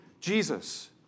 Jesus